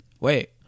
Wait